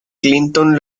clinton